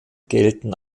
gelten